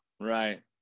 Right